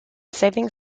saving